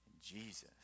Jesus